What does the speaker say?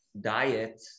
diet